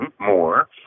more